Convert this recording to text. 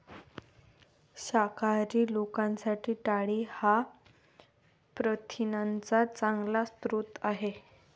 शाकाहारी लोकांसाठी डाळी हा प्रथिनांचा चांगला स्रोत आहे